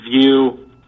view